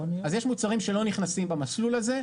אז יש מוצרים שלא נכנסים במסלול הזה,